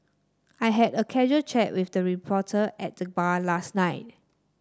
I had a casual chat with the reporter at the bar last night